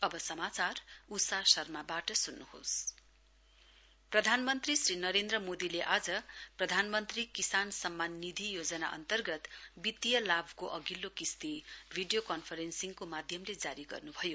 PM farmers प्रधानमन्त्री श्री नरेन्द्र मोदीले आज प्रधानमन्त्री किसान सम्मान विधि अन्तर्गत वित्तीय लाभको अधिल्लो किस्ती भिडियो कन्फरेन्सिङको माध्यमले जारी गर्नुभयो